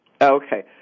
Okay